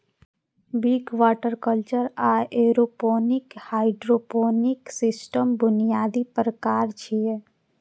Wick, water culture आ aeroponic hydroponic सिस्टमक बुनियादी प्रकार छियै